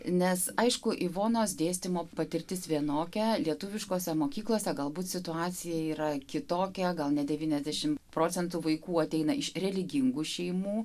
nes aišku ivonos dėstymo patirtis vienokia lietuviškose mokyklose galbūt situacija yra kitokia gal net devyniasdešimt procentų vaikų ateina iš religingų šeimų